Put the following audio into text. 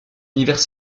univers